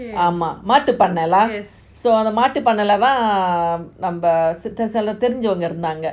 ஆமா மாட்டு பண்ணல:ama maatu pannala so அந்த மாட்டு பண்ணல தான் நம்ம சித்தஸ் எல்லாம் தெரிஞ்சவங்க இருந்தாங்க:antha maatu pannaila thaan namma chithas ellam terinjavanga irunthanga